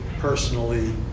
Personally